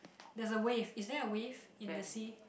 there's a wave is there a wave in the sea